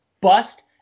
bust